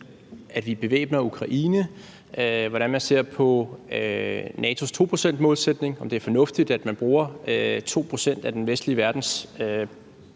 at vi bevæbner Ukraine, hvordan man ser på NATO's 2-procentsmålsætning, om det er fornuftigt, at man bruger 2 pct. af den vestlige verdens